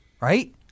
right